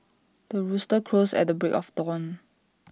the rooster crows at the break of dawn